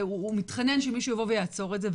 והוא מתחנן שמישהו יבוא ויעצור את זה,